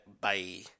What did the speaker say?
Bye